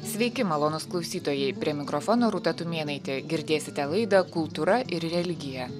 sveiki malonūs klausytojai prie mikrofono rūta tumėnaitė girdėsite laidą kultūra ir religija